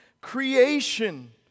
creation